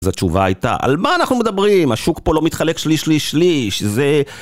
אז תשובה הייתה, על מה אנחנו מדברים, השוק פה לא מתחלק שליש-שליש-שליש, זה...